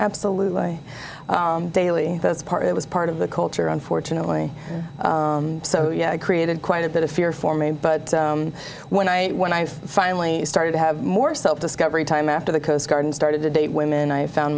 absolutely daily that's part of it was part of the culture unfortunately so yeah it created quite a bit of fear for me but when i when i finally started to have more self discovery time after the coast guard and started to date women i found